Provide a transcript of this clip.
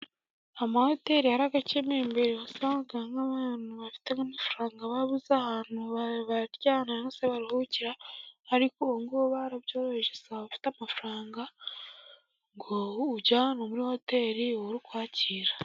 Amahoteri yarabikemuye, mbere wausangaga nk' abafite amafaranga babuze ahantu barya cyangwa se baruhukira ariko ubu ngo barabyoroheje nti waba aba ufite amafaranga ngo uyajyane muri hoteri ngo ubure uwa ukwakira.